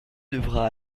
devra